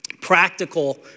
Practical